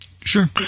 Sure